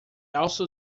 also